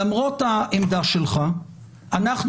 למרות העמדה שלך אנחנו,